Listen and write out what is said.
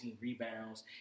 rebounds